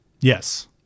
Yes